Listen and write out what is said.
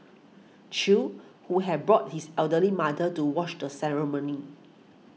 Chew who had brought his elderly mother to watch the ceremony